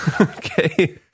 Okay